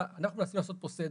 אנחנו מנסים לעשות פה סדר.